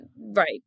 right